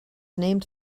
named